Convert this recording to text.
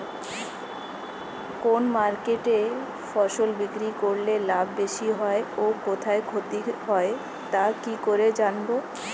কোন মার্কেটে ফসল বিক্রি করলে লাভ বেশি হয় ও কোথায় ক্ষতি হয় তা কি করে জানবো?